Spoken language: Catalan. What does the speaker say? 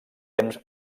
temps